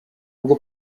ubwo